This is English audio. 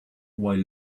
while